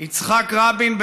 יצחק רבין,